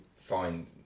find